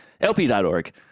lp.org